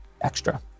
extra